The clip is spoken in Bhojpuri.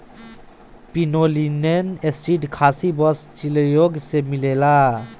पिनोलिनेक एसिड खासी बस चिलगोजा से मिलेला